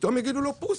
פתאום יגידו לו "פוס",